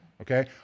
Okay